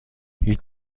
هیچ